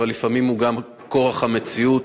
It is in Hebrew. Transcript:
אבל לפעמים זה כורח המציאות.